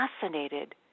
fascinated